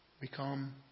Become